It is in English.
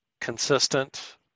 consistent